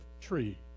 tree